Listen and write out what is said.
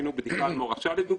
עשינו בדיקה על מורשה לדוגמה.